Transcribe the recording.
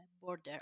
border